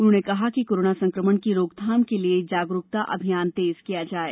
उन्होंने कहा कि कोरोना संकमण की रोकथाम के लिए जागरुकता अभियान तेज किया जाये